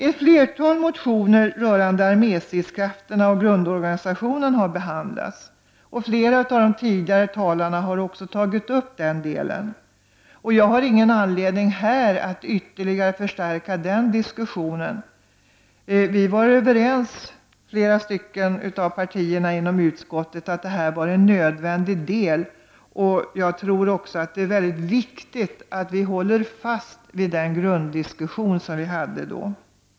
Ett flertal motioner rörande arméstridskrafterna och grundorganisationen har behandlats. Flera av de ti digare talarna har också tagit upp detta. Jag har ingen anledning att ytterligare förstärka den diskussionen. Vi var överens, flera av partierna i utskottet, när det gäller detta, och jag tror också att det är mycket viktigt att vi håller fast vid den grunddiskussion som vi hade då.